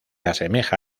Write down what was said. asemeja